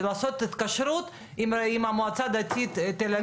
לעשות התקשרות עם המועצה הדתית תל אביב.